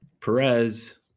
perez